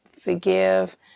forgive